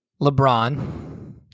LeBron